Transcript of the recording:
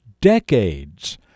decades